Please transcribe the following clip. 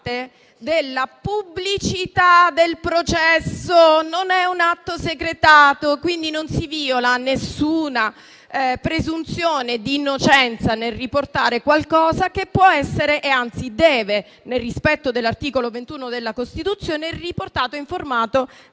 della pubblicità del processo, non è un atto secretato, quindi non si viola la presunzione d'innocenza nel riportare qualcosa che può essere e anzi, nel rispetto dell'articolo 21 della Costituzione, deve essere riportato